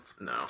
No